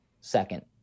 second